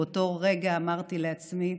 באותו רגע אמרתי לעצמי: